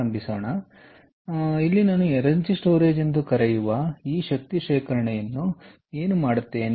ಆದ್ದರಿಂದ ನಾನು ಅದನ್ನು ಎನರ್ಜಿ ಸ್ಟೋರೇಜ್ ಎಂದು ಬರೆಯುತ್ತೇನೆ ಈಗ ಶಕ್ತಿ ಶೇಖರಣೆಯಿಂದ ನಾನು ಏನು ಹೇಳುತ್ತೇನೆ